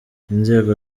inzego